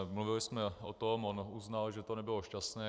Mluvili jsme o tom, on uznal, že to nebylo šťastné.